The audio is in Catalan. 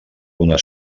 una